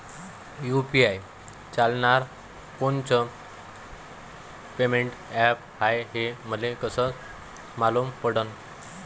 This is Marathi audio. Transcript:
यू.पी.आय चालणारं कोनचं पेमेंट ॲप हाय, हे मले कस मालूम पडन?